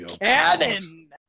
cannon